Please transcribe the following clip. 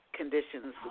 conditions